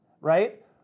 right